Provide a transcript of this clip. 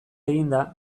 eginda